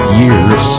years